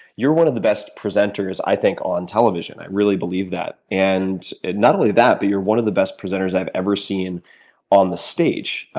you're one of the best presenters i think on television. i really believe that. and not only that but you're one of the best presenters i've ever seen on the stage.